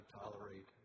tolerate